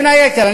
בין היתר,